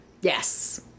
Yes